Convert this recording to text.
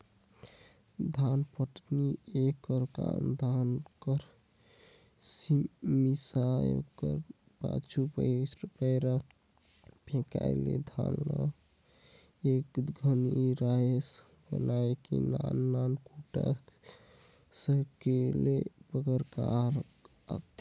धानपटनी एकर काम धान कर मिसाए कर पाछू, पैरा फेकाए ले धान ल एक घरी राएस बनाए के नान नान कूढ़ा सकेले कर काम आथे